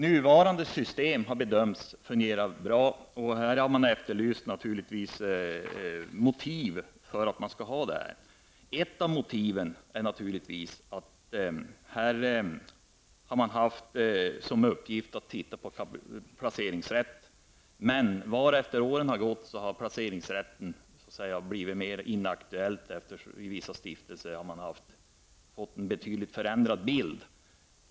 Nuvarande system har bedömts fungera bra. Nu har det efterlysts motiv för att man skall ha detta system. Ett av motiven är naturligtvis att dessa offentliga styrelseledamöter skall se på placeringsrätten. Men allteftersom åren har gått har placeringsrätten blivit mer inaktuell. Och i vissa stiftelser har man fått en betydligt förändrad bild.